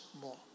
more